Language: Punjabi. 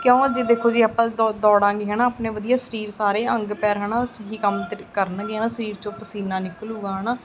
ਕਿਉਂ ਜੇ ਦੇਖੋ ਜੇ ਆਪਾਂ ਦੌ ਦੌੜਾਂਗੇ ਹੈ ਨਾ ਆਪਣੇ ਵਧੀਆ ਸਰੀਰ ਸਾਰੇ ਅੰਗ ਪੈਰ ਹੈ ਨਾ ਸਹੀ ਕੰਮ ਕਰ ਕਰਨਗੇ ਹੈ ਨਾ ਸਰੀਰ 'ਚੋਂ ਪਸੀਨਾ ਨਿਕਲੂਗਾ ਹੈ ਨਾ